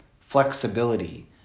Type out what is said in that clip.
flexibility